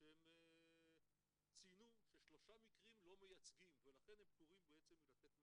כשהם ציינו ששלושה מקרים הם לא מייצגים ולכן הם פטורים מלתת מענה,